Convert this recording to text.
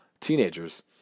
teenagers